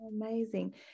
Amazing